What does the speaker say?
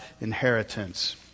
inheritance